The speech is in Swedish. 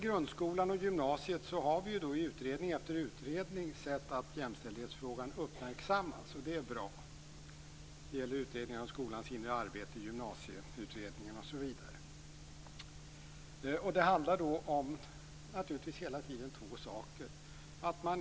Vi har i utredning efter utredning sett att jämställdhetsfrågan uppmärksammas i grundskolan och gymnasiet. Det är bra. Det gäller t.ex. Utredningen om skolans inre arbete och Gymnasieutredningen. Det handlar hela tiden om två saker.